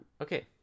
okay